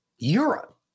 Europe